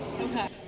Okay